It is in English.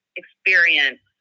experience